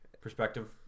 perspective